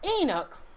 Enoch